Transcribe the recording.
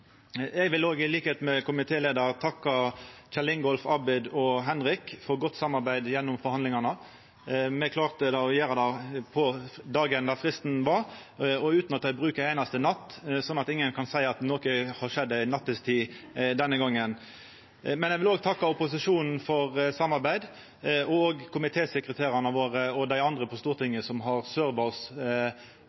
vil eg takka Kjell Ingolf, Abid og Henrik for eit godt samarbeid i forhandlingane. Me klarte å gjera dette på dagen då fristen var, og utan å ta i bruk ei einaste natt, så ingen kan seia at noko har skjedd på nattetid denne gongen. Eg vil òg takka opposisjonen for samarbeidet, og komitésekretærane våre og dei andre på Stortinget som har